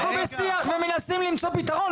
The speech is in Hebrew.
אנחנו, ראובן, אנחנו בשיח ומנסים למצוא פתרון.